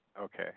Okay